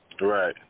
right